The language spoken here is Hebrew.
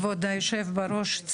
כבוד היושב בראש,